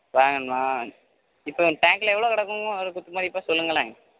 வாங்கணுமா இப்போ டேங்கில் எவ்வளோ கிடக்குன்னு ஒரு குத்துமதிப்பாக சொல்லுங்களேன்